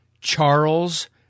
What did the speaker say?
Charles